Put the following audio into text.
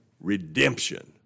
redemption